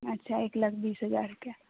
अच्छा एक लाख बीस हजारके